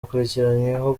akurikiranyweho